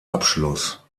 abschluss